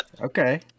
Okay